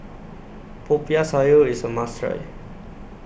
Popiah Sayur IS A must Try